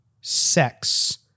sex